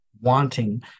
wanting